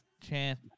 Chance